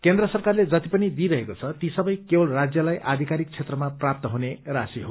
केन्द्र सरकारले जतिपनि दिइरहेको छ ती सबै केवल राज्यलाई आधिकारिक क्षेत्रमा प्राप्त हुने राश्री हो